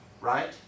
right